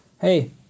hey